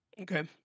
Okay